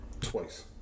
twice